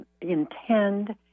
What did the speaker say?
intend